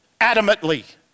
adamantly